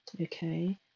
okay